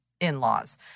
in-laws